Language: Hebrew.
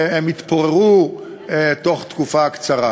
והם התפוררו בתוך תקופה קצרה.